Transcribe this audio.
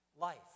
life